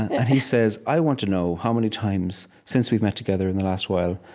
and he says, i want to know how many times since we've met together in the last while,